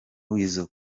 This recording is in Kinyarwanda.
weasal